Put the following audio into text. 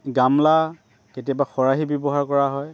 গামলা কেতিয়াবা খৰাহি ব্যৱহাৰ কৰা হয়